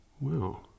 Wow